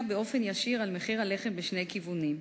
באופן ישיר על מחיר הלחם בשני כיוונים.